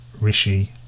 Rishi